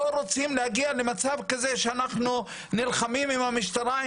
אנחנו לא רוצים להגיע למצב כזה שאנחנו נלחמים עם המשטרה,